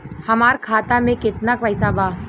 हमार खाता मे केतना पैसा बा?